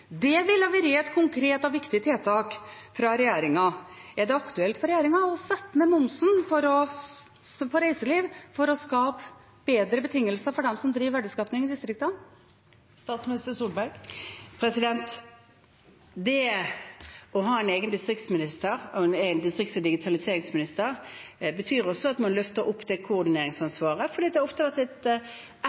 Det ville ha vært et konkret og viktig tiltak fra regjeringen. Er det aktuelt for regjeringen å sette ned momsen på reiseliv for å skape bedre betingelser for dem som driver verdiskaping i distriktene? Det å ha en egen distrikts- og digitaliseringsminister betyr også at man løfter opp koordineringsansvaret, for det er ofte etterlyst et